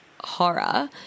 horror